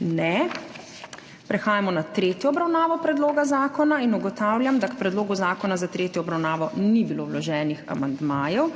Ne. Prehajamo na tretjo obravnavo predloga zakona. In ugotavljam, da k predlogu zakona za tretjo obravnavo ni bilo vloženih amandmajev,